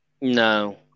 No